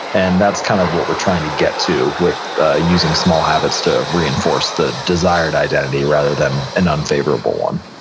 and that's kind of what we're trying to get to with ah using small habits to reinforce the desired identity rather than an unfavorable one